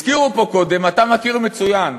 הזכירו פה קודם, אתה מכיר מצוין.